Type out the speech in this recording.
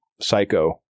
Psycho